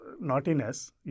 naughtiness